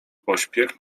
pośpiech